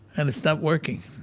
and it's not working.